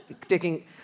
taking